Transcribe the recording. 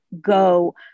go